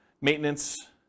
maintenance